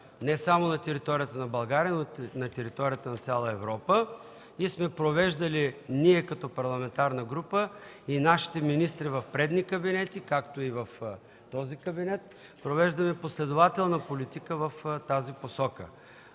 не само на територията на България, но и на територията на цяла Европа. И като парламентарна група, и нашите министри в предни кабинети, както и в този кабинет, провеждаме последователна политика в тази посока.